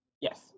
yes